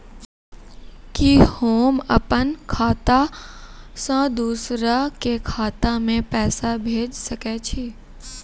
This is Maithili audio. कि होम अपन खाता सं दूसर के खाता मे पैसा भेज सकै छी?